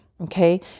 okay